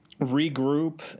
regroup